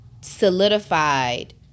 solidified